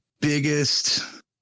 biggest